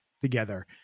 together